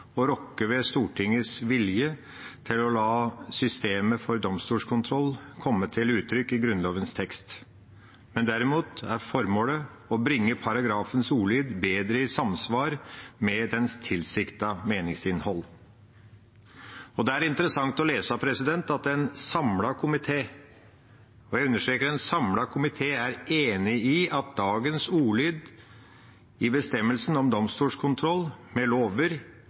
å rokke ved Stortingets vilje til å la systemet for domstolskontroll komme til uttrykk i Grunnlovens tekst, men derimot er formålet å bringe paragrafens ordlyd bedre i samsvar med dens tilsiktede meningsinnhold. Det er interessant å lese at en samlet komité – og jeg understreker: en samlet komité – er enig i at dagens ordlyd i bestemmelsen om domstolskontroll med lover